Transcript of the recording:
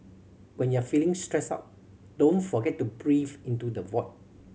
when you are feeling stressed out don't forget to breathe into the void